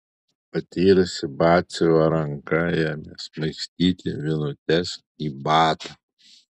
patyrusi batsiuvio ranka ėmė smaigstyti vinutes į batą